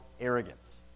arrogance